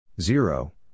zero